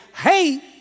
hate